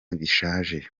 bishaje